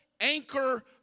anchor